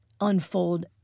unfold